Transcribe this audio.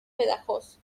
badajoz